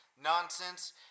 nonsense